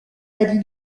allie